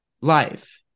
life